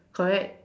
correct